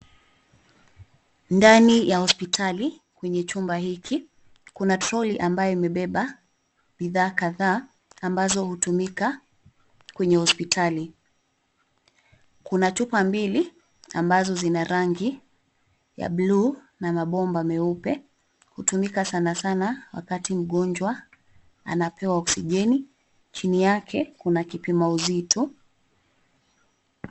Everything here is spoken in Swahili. Ndani ya hospitali kwenye chumba hiki, kuna troli ambayo imebeba bidhaa kadhaa ambazo hutumika kwenye hospitali. Kuna chupa mbili ambazo zina rangi ya bluu na mabomba meupe hutumika sanasana wakati mgonjwa anapewa oksijeni . Chini yake kuna kipima uzito.